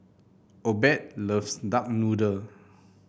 Obed loves Duck Noodle